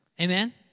amen